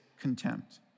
contempt